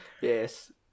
yes